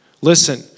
Listen